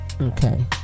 Okay